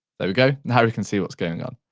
there we go, now we can see what's going on,